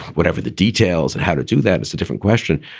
whatever the details and how to do that is a different question.